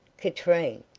katrine,